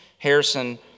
Harrison